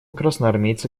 красноармейца